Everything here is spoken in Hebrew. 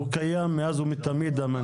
הוא קיים מאז ומתמיד, המנגנון.